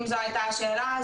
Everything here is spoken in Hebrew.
אם זו הייתה השאלה,